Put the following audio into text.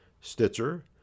Stitcher